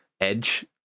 edge